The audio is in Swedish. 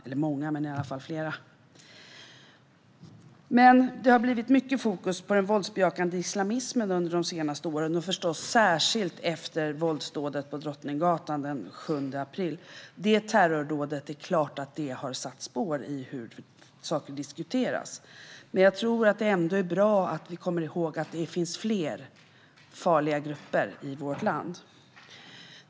Under de senaste åren har det dock blivit mycket fokus på den våldsbejakande islamismen. Det gäller förstås särskilt efter våldsdådet på Drottninggatan den 7 april. Detta terrordåd har såklart satt spår i hur saker diskuteras, men jag tror ändå att det är bra att vi kommer ihåg att det finns fler farliga grupper i vårt land.